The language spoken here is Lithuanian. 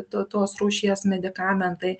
to tos rūšies medikamentai